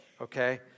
okay